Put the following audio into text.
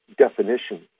definition